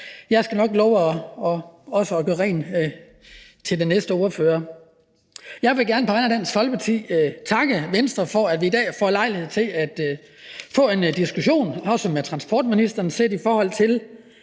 Jeg skal nok love også at gøre rent før den næste ordfører. Jeg vil gerne på vegne af Dansk Folkeparti takke Venstre for, at vi i dag får lejlighed til at få en diskussion også med transportministeren om, hvordan